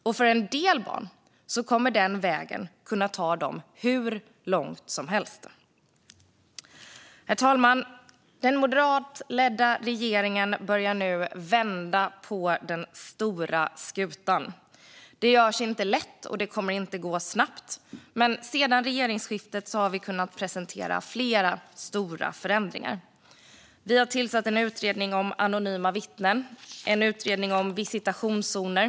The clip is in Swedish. Och för en del barn kommer den vägen att ta dem hur långt som helst. Herr talman! Den moderatledda regeringen börjar nu vända den stora skutan. Det görs inte lätt, och det kommer inte att gå snabbt. Men sedan regeringsskiftet har vi kunnat presentera flera stora förändringar. Vi har tillsatt en utredning om anonyma vittnen och en utredning om visitationszoner.